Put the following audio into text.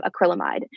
acrylamide